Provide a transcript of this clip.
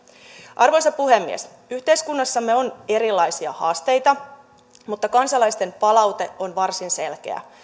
arvoisa puhemies yhteiskunnassamme on erilaisia haasteita mutta kansalaisten palaute on varsin selkeä